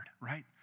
right